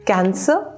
Cancer